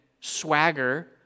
swagger